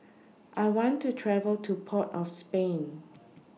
I want to travel to Port of Spain